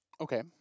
Okay